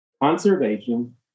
conservation